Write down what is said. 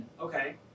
Okay